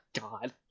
God